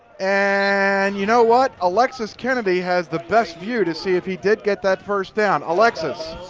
and you know what, alexis kennedy has the best view to see if he did get that first down, alexis.